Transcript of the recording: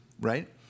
right